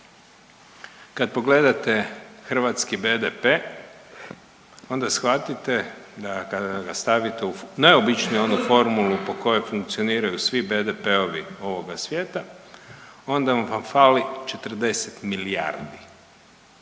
kad pogledate hrvatski BDP onda shvatite da kada ga stavite u najobičniju onu formulu po kojoj funkcioniraju svi BDP-ovi ovoga svijeta onda vam fali 40 milijardi.